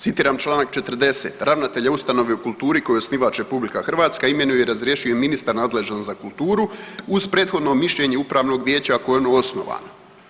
Citiram čl. 40., ravnatelja ustanove u kulturi kojoj je osnivač RH, imenuje i razrješuje ministar nadležan za kulturu uz prethodno mišljenje upravnog vijeća ako je ono osnovano.